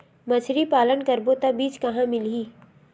मछरी पालन करबो त बीज कहां मिलही?